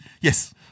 Yes